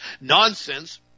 nonsense